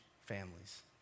families